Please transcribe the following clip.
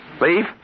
Leave